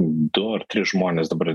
du ar tris žmones dabar